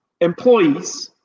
employees